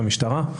בבקשה.